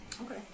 Okay